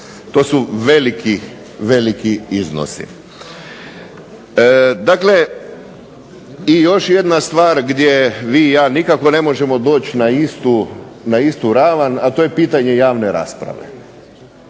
To su veliki, veliki iznosi. Dakle, i još jedna stvar gdje vi i ja nikako ne možemo doći na istu ravan, a to je pitanje javne rasprave.